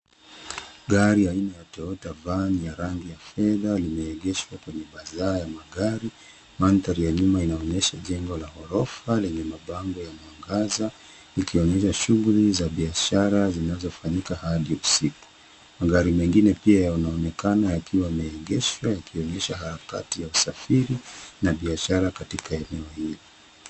Gari aina ya toyota vani ya rangi ya fedha limeegeshwa kwenye baza ya magari. Mandhari ya nyuma inaonyesha jengo la ghorofa lenye mabango ya mwangaza, ikionyesha shughuli za biashara zinazofanyika hadi usiku. Magari mengine pia yanaonekana yakiwa yameegeshwa, yakionyesha harakati ya usafiri na biashara katika eneo hilo.